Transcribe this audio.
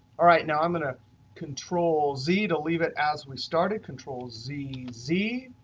all right, now i'm going to control z to leave it as we started control z, z.